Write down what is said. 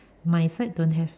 my side don't have